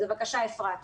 בבקשה, אפרת.